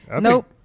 Nope